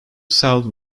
south